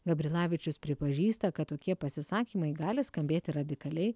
gabrilavičius pripažįsta kad tokie pasisakymai gali skambėti radikaliai